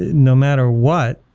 no matter what,